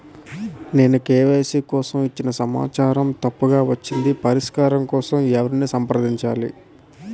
నేను కే.వై.సీ కోసం ఇచ్చిన సమాచారం తప్పుగా వచ్చింది పరిష్కారం కోసం ఎవరిని సంప్రదించాలి?